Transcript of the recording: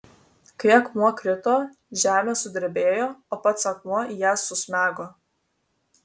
kai akmuo krito žemė sudrebėjo o pats akmuo į ją susmego